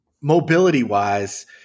mobility-wise